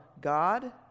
God